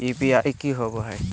UPI की होवे हय?